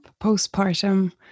postpartum